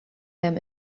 them